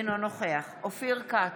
אינו נוכח אופיר כץ,